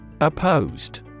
Opposed